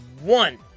one